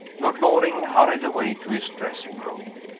lord loring hurried away to his dressing room.